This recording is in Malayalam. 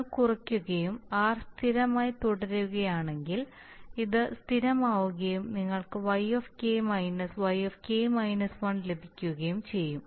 നിങ്ങൾ കുറയ്ക്കുകയും r സ്ഥിരമായി തുടരുകയാണെങ്കിൽ ഇത് സ്ഥിരമാവുകയും നിങ്ങൾക്ക് y മൈനസ് y ലഭിക്കുകയും ചെയ്യും